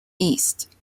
east